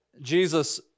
Jesus